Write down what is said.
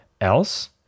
else